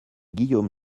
guillaume